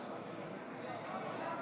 חברי הכנסת,